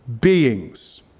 beings